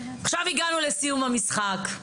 עכשיו הגענו לסיום המשחק.